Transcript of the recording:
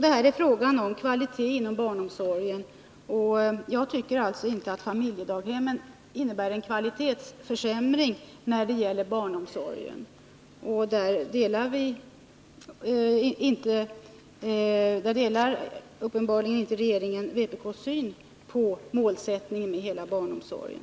Det här är en fråga om kvalitet inom barnomsorgen, och jag tycker alltså att familjedaghemmen innebär en kvalitetsförsämring när det gäller barnomsorgen. Där delar uppenbarligen inte regeringen vpk:s syn på målsättningen för hela barnomsorgen.